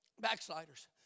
backsliders